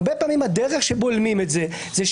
הרבה פעמים הדרך שבולמים את זה,